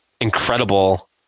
incredible